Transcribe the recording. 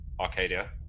Arcadia